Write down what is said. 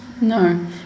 No